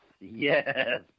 yes